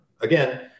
again